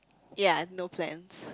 ya no plans